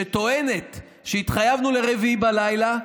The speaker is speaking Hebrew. שטוענת שהתחייבנו לרביעי בלילה,